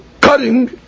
cutting